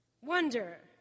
wonder